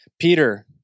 Peter